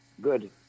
good